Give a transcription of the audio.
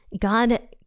God